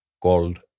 called